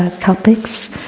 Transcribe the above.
ah topics,